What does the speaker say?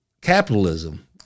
capitalism